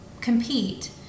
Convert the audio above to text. compete